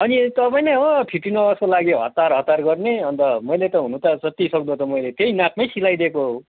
अनि तपाईँ नै हो फिफ्टिन अगसको लागि हतार हतार गर्ने अन्त मैले त हुनु त जति सक्दो त मैले त्यही नापमै सिलाइदिएको हो